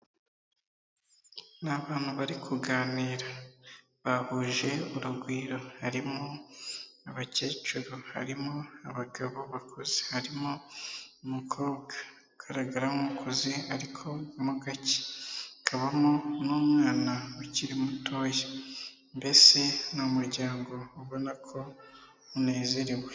Ni abantu bari kuganira. Bahuje urugwiro. Harimo abakecuru, harimo abagabo bakuze. Harimo umukobwa ugaragara nk'ukuze, ariko mu gake. Kabamo n'umwana ukiri mutoya. Mbese ni umuryango ubona ko unezerewe.